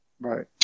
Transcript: Right